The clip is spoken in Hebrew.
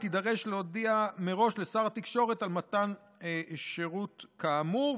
היא תידרש להודיע מראש לשר התקשורת על מתן שירות כאמור,